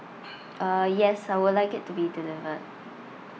uh yes I would like it to be delivered